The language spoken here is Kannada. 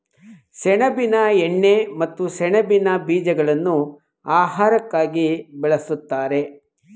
ಸೆಣಬಿನ ಎಣ್ಣೆ ಮತ್ತು ಸೆಣಬಿನ ಬೀಜಗಳನ್ನು ಆಹಾರಕ್ಕಾಗಿ ಬಳ್ಸತ್ತರೆ